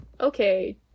okay